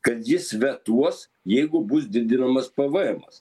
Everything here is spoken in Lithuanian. kad jis vetuos jeigu bus didinamas pvm as